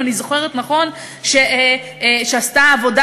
אם אני זוכרת נכון, היא עשתה עבודה